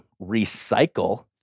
recycle